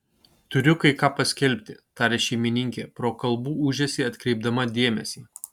turiu kai ką paskelbti tarė šeimininkė pro kalbų ūžesį atkreipdama dėmesį